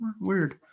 Weird